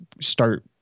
start